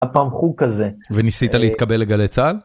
היה פעם חוג כזה וניסית להתקבל לגלי צהל?